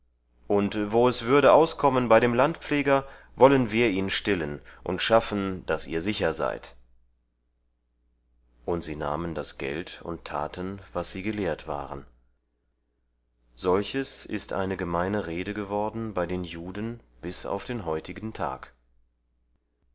und wo es würde auskommen bei dem landpfleger wollen wir ihn stillen und schaffen daß ihr sicher seid und sie nahmen das geld und taten wie sie gelehrt waren solches ist eine gemeine rede geworden bei den juden bis auf den heutigen tag